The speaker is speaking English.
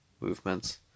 movements